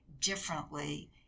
differently